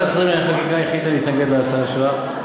ועדת שרים לענייני חקיקה החליטה להתנגד להצעה שלך.